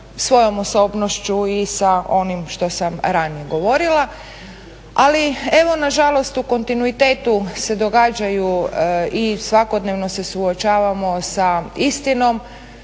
svojom osobnošću i sa onim što sam ranije govorila. Ali evo nažalost u kontinuitetu se događaju i svakodnevno se suočavamo sa istinom,